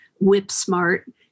whip-smart